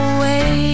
Away